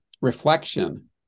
reflection